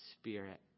Spirit